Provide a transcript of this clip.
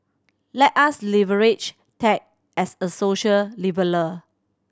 let us leverage tech as a social leveller